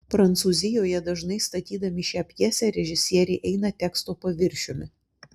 prancūzijoje dažnai statydami šią pjesę režisieriai eina teksto paviršiumi